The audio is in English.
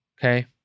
okay